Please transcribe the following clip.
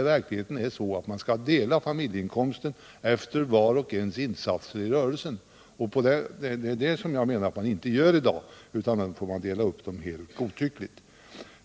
I verkligheten skall man dela familjeinkomsten efter vars och ens insatser i rörelsen, vilket jag menar att man inte gör i dag. Man delar upp den helt godtyckligt.